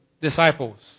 disciples